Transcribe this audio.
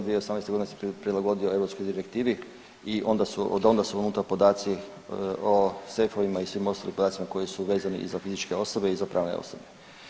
2018. godine se prilagodio europskoj direktivi i onda su, od onda su unutra podaci o sefovima i svim ostalim podacima koji su vezani i za fizičke osobe i za pravne osobe.